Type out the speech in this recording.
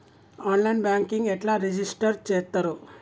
On line banking ఎట్లా register చేత్తరు?